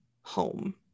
home